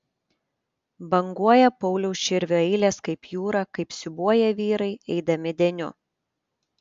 banguoja pauliaus širvio eilės kaip jūra kaip siūbuoja vyrai eidami deniu